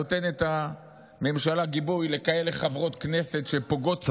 נותנת הממשלה גיבוי לכאלה חברות כנסת שפוגעות פיזית,